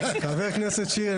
חבר הכנסת שירי,